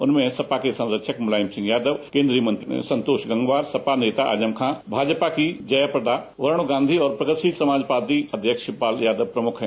इनमें सपा के संरक्षक मुलायम सिंह यादव केन्द्रीय मंत्री संतोष गंगवार सपा नेता आजम खां भाजपा की जयाप्रदा वरूण गांधी और प्रगतिशील समाजवादी पार्टी के अध्यक्ष शिवपाल सिंह यादव प्रमुख हैं